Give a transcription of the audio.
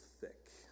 thick